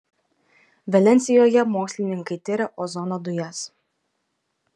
valensijoje mokslininkai tiria ozono dujas